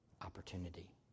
Opportunity